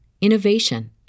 innovation